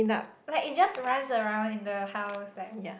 but it just runs around in the house like